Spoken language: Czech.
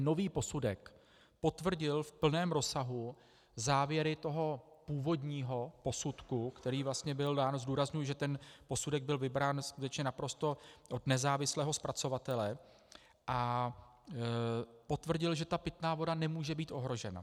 Nový posudek potvrdil v plném rozsahu závěry toho původního posudku, který vlastně byl dán zdůrazňuji, že ten posudek byl vybrán skutečně od naprosto nezávislého zpracovatele, a potvrdil, že pitná voda nemůže být ohrožena.